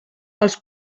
els